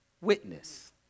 witness